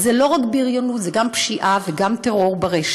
אז זו לא רק בריונות, זו גם פשיעה וגם טרור ברשת.